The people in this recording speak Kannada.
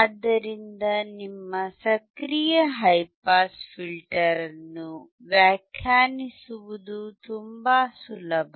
ಆದ್ದರಿಂದ ನಿಮ್ಮ ಸಕ್ರಿಯ ಹೈ ಪಾಸ್ ಫಿಲ್ಟರ್ ಅನ್ನು ವ್ಯಾಖ್ಯಾನಿಸುವುದು ತುಂಬಾ ಸುಲಭ